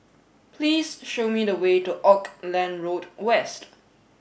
please show me the way to Auckland Road West